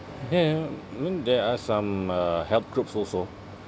ya I mean there are some uh help groups also